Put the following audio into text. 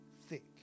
thick